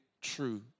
true